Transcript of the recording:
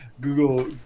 Google